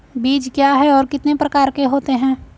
बीज क्या है और कितने प्रकार के होते हैं?